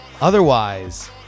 Otherwise